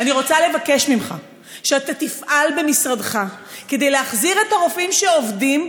אני רוצה לבקש ממך שאתה תפעל במשרדך להחזיר את הרופאים שעובדים,